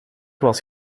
was